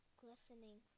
glistening